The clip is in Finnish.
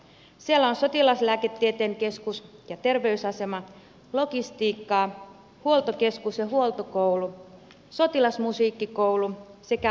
siellä on sotilaslääketieteen keskus ja terveysasema logistiikkaa huoltokeskus ja huoltokoulu sotilasmusiikkikoulu sekä urheilukoulu